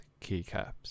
keycaps